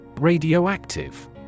Radioactive